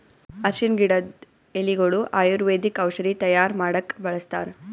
ಅರ್ಷಿಣ್ ಗಿಡದ್ ಎಲಿಗೊಳು ಆಯುರ್ವೇದಿಕ್ ಔಷಧಿ ತೈಯಾರ್ ಮಾಡಕ್ಕ್ ಬಳಸ್ತಾರ್